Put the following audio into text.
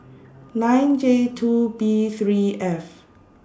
nine J two B three F